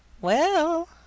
Well